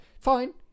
fine